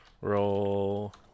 Roll